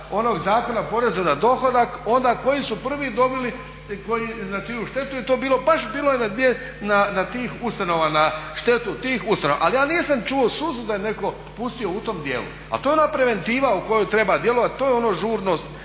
onog Zakona o porezu na dohodak, onda koji su prvi dobili, na čiju štetu je to bilo baš bilo je na tih ustanova, na štetu tih ustanova. Ali ja nisam čuo suzu da je netko pustio u tom dijelu. Ali to je ona preventiva u kojoj treba djelovati, to je ono žurnost